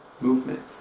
movement